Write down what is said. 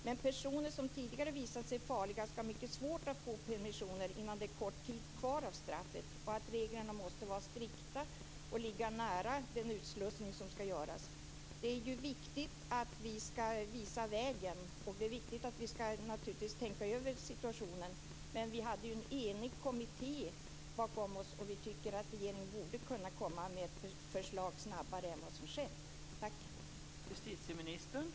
Men personer som tidigare visat sig farliga skall ha mycket svårt att få permissioner innan det är kort tid kvar av straffet. Reglerna måste vara strikta, och permissionerna ligga när den utslussning som skall göras. Det är viktigt att vi visar vägen, och det är naturligtvis viktigt att vi tänker över situationen. Men vi hade ju en enig kommitté bakom oss, och vi tycker att regeringen borde kunna komma med förslag snabbare än som skett. Tack!